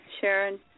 Sharon